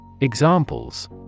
Examples